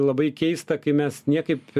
labai keista kai mes niekaip